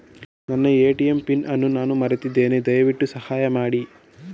ನನ್ನ ATM PIN ಅನ್ನು ನಾನು ಮರೆತಿದ್ದೇನೆ, ದಯವಿಟ್ಟು ಸಹಾಯ ಮಾಡಿ